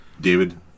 David